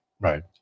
right